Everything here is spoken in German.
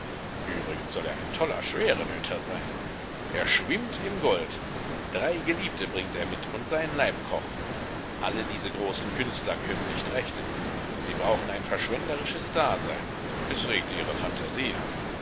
übrigens soll er ein toller schwerenöter sein er schwimmt im gold drei geliebte bringt er mit und seinen leibkoch alle diese großen künstler können nicht rechnen sie brauchen ein verschwenderisches dasein es regt ihre phantasie an